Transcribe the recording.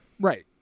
Right